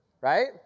right